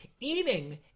Eating